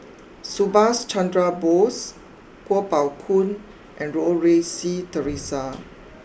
Subhas Chandra Bose Kuo Pao Kun and Goh Rui Si Theresa